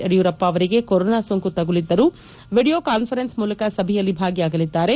ಯಡಿಯೂರಪ್ಪ ಅವರಿಗೆ ಕೊರೋನಾ ಸೋಂಕು ತಗುಲಿದ್ದರೂ ವಿಡಿಯೋ ಕಾನ್ಫೆರೆನ್ಸ್ ಮೂಲಕ ಸಭೆಯಲ್ಲಿ ಭಾಗಿಯಾಗಲಿದ್ದಾರೆ